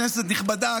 כנסת נכבדה,